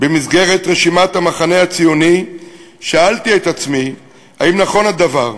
במסגרת רשימת המחנה הציוני שאלתי את עצמי: האם נכון הדבר?